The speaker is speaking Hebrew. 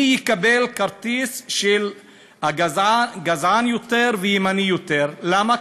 מי יקבל כרטיס של גזען יותר וימני יותר, למה?